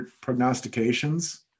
prognostications